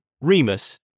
Remus